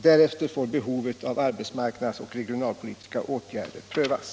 Därefter får behovet av arbetsmarknads och regionalpolitiska åtgärder prövas.